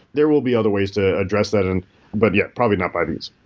there will be other ways to address that, and but, yeah, probably not by these.